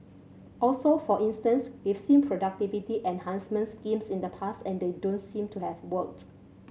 also for instance we've seen productivity enhancement schemes in the past and they don't seem to have worked